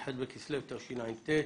י"ח בכסלו תשע"ט.